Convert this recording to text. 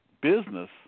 business